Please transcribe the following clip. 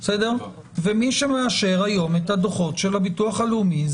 ומי שמאשר היום את הדוחות של הביטוח הלאומי-